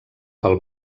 pel